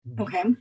Okay